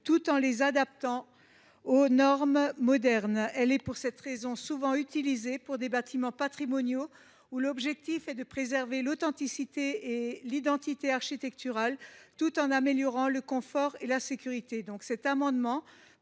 tout en les adaptant aux normes modernes. Elle est, pour cette raison, souvent utilisée pour des bâtiments patrimoniaux, avec l’objectif de préserver l’authenticité et l’identité architecturale tout en améliorant le confort et la sécurité. Cet amendement